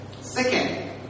Second